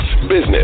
business